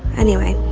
anyway,